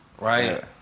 Right